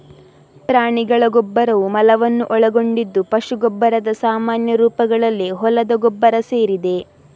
ಪ್ರಾಣಿಗಳ ಗೊಬ್ಬರವು ಮಲವನ್ನು ಒಳಗೊಂಡಿದ್ದು ಪಶು ಗೊಬ್ಬರದ ಸಾಮಾನ್ಯ ರೂಪಗಳಲ್ಲಿ ಹೊಲದ ಗೊಬ್ಬರ ಸೇರಿದೆ